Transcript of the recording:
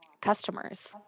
customers